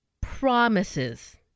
promises